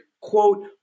quote